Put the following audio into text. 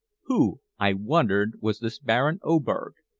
who, i wondered, was this baron oberg,